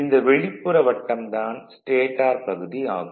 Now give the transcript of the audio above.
இந்த வெளிப்புற வட்டம் தான் ஸ்டேடார் பகுதி ஆகும்